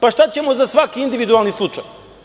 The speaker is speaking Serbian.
Pa, šta ćemo za svaki individualni slučaj?